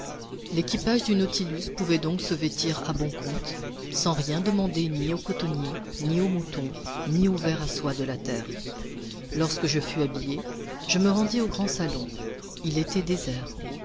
l'équipage du nautilus pouvait donc se vêtir à bon compte sans rien demander ni aux cotonniers ni aux moutons ni aux vers à soie de la terre lorsque je fus habillé je me rendis au grand salon il était désert